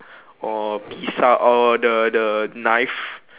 or pisa~ or the the knife